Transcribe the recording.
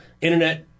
internet